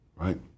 right